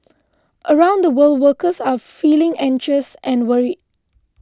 around the world workers are feeling anxious and worried